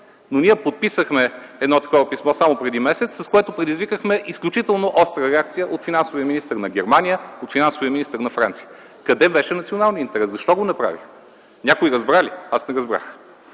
Но ние подписахме такова писмо само преди месец, с което предизвикахме изключително остра реакция от финансовия министър на Германия, от финансовия министър на Франция. Къде беше националният интерес? Защо го направихме? Някой разбра ли? Аз не разбрах.